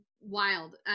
wild